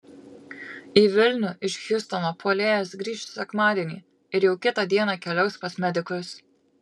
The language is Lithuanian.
į vilnių iš hjustono puolėjas grįš sekmadienį ir jau kitą dieną keliaus pas medikus